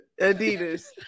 Adidas